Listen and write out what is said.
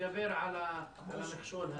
להתגבר על המכשול הזה?